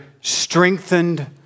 strengthened